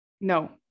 No